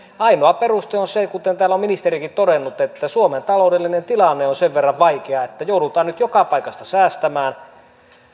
ainoa peruste on se kuten täällä on ministerikin todennut että suomen taloudellinen tilanne on sen verran vaikea että joudutaan nyt joka paikasta säästämään